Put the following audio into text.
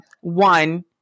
One